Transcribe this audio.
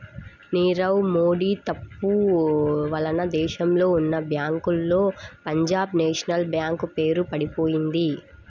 నీరవ్ మోడీ తప్పు వలన దేశంలో ఉన్నా బ్యేంకుల్లో పంజాబ్ నేషనల్ బ్యేంకు పేరు పడిపొయింది